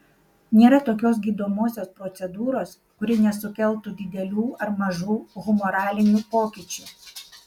nėra tokios gydomosios procedūros kuri nesukeltų didelių ar mažų humoralinių pokyčių